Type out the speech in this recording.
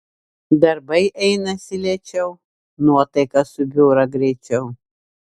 darbai einasi lėčiau nuotaika subjūra greičiau